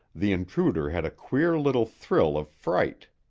the intruder had a queer little thrill of fright.